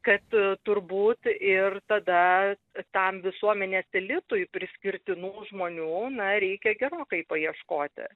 kad turbūt ir tada tam visuomenės elitui priskirtinų žmonių na reikia gerokai paieškoti